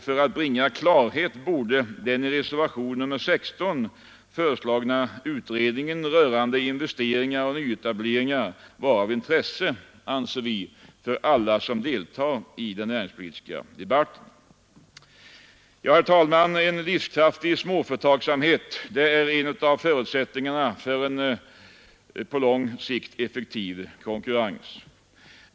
För att bringa klarhet borde, anser vi, den i reservationen 16 föreslagna utredningen rörande investeringar och nyetableringar vara av intresse för alla som deltar i den näringspolitiska debatten. Herr talman! En livskraftig småföretagsamhet är en av förutsättningarna för en på lång sikt effektiv konkurrens.